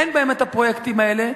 אין בהן את הפרויקטים האלה,